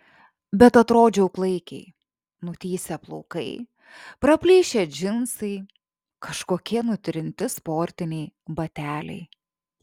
bet atrodžiau klaikiai nutįsę plaukai praplyšę džinsai kažkokie nutrinti sportiniai bateliai